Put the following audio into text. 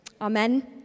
Amen